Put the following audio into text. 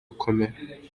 gukomera